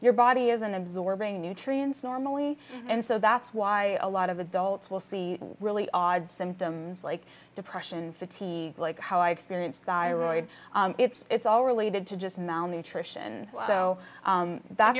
your body isn't absorbing nutrients normally and so that's why a lot of adults will see really odd symptoms like depression for tea like how i experienced guy roid it's all related to just malnutrition so that